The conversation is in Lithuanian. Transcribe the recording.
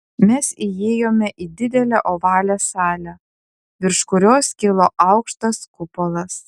mes įėjome į didelę ovalią salę virš kurios kilo aukštas kupolas